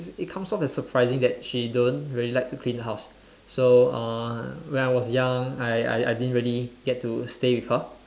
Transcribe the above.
it comes out like surprising that she don't really like to clean house so uh when I was young I I I didn't really get to stay with her